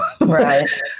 right